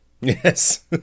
Yes